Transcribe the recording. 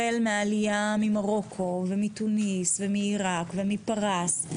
החל מן העלייה ממרוקו ומתוניס ומעירק ומפרס,